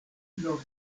nov